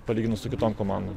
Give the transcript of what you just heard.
palyginus su kitom komandom